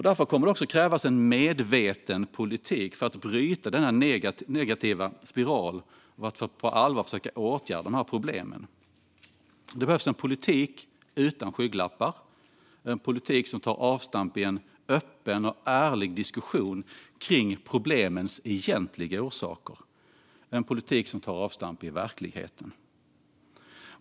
Därför kommer det att krävas en medveten politik för att bryta denna negativa spiral och för att på allvar försöka åtgärda problemen. Det behövs en politik utan skygglappar - en politik som tar avstamp i en öppen och ärlig diskussion om problemens egentliga orsaker. Det behövs en politik som tar avstamp i verkligheten.